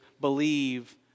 believe